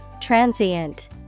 Transient